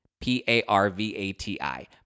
P-A-R-V-A-T-I